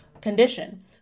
condition